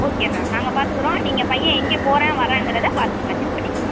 okay ma'am நாங்கள் பார்த்துக்குறோம் நீங்கள் பையன் எங்கே போகிறான் வராங்கிறதை பார்த்துக்கங்க செக் பண்ணிக்கோங்க